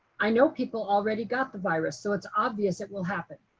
i know people already got the virus, so it's obvious it will happen.